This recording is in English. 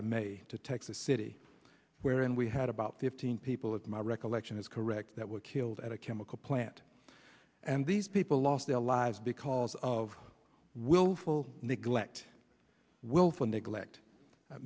i may to texas city where and we had about fifteen people at my recollection is correct that were killed at a chemical plant and these people lost their lives because of willful neglect willful neglect